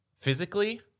Physically